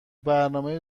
برنامه